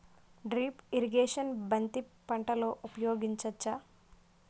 Drip irrigation బంతి పంటలో ఊపయోగించచ్చ?